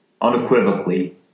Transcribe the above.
unequivocally